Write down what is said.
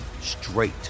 straight